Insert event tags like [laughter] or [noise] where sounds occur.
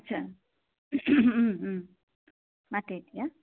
[unintelligible]